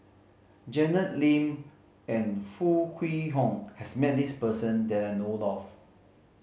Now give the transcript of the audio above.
Janet Lim and Foo Kwee Horng has met this person that I know of